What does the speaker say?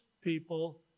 people